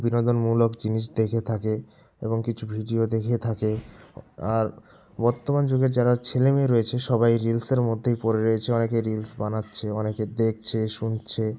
বিনোদনমূলক জিনিস দেখে থাকে এবং কিছু ভিডিও দেখে থাকে আর বর্তমান যুগের যারা ছেলে মেয়ে রয়েছে সবাই রিলসের মধ্যেই পড়ে রয়েছে অনেকে রিলস বানাচ্ছে অনেকে দেখছে শুনছে